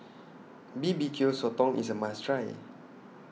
B B Q Sotong IS A must Try